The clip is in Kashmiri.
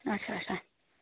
اَچھا اَچھا